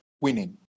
winning